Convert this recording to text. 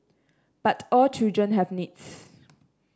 but all children have needs